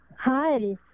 Hi